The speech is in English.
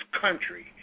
country